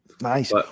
Nice